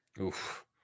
Oof